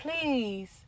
please